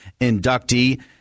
inductee